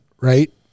right